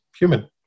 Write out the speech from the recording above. human